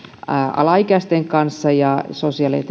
alaikäisten kanssa ja sosiaali ja